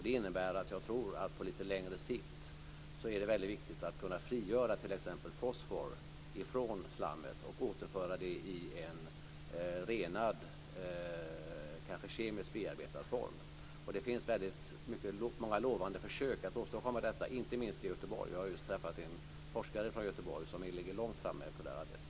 Det innebär att jag tror att det på lite längre sikt är väldigt viktigt att kunna frigöra t.ex. fosfor från slammet och återföra det i en renad, kanske kemiskt bearbetad form. Det görs väldigt många lovande försök att åstadkomma detta, inte minst i Göteborg. Jag har just träffat en forskare i Göteborg som ligger långt framme i det här arbetet.